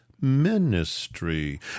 ministry